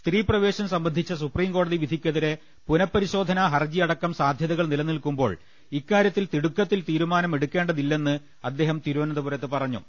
സ്ത്രീപ്രവേശം സംബന്ധിച്ച സുപ്രീംകോടതി വിധിക്കെതിരെ പുനപരി ശോധനാഹർജി അടക്കം സാധ്യതകൾ നിലനിൽക്കുമ്പോൾ ഇക്കാര്യത്തിൽ തിടുക്കത്തിൽ തീരുമാനം എടുക്കേണ്ട തില്ലെന്ന് അദ്ദേഹം തിരുവനന്തപുരത്ത് പറഞ്ഞു